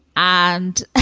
and